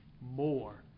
more